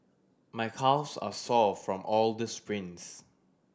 my calves are sore from all the sprints